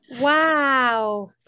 Wow